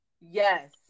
Yes